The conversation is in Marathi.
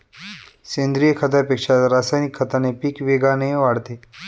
सेंद्रीय खतापेक्षा रासायनिक खताने पीक वेगाने वाढते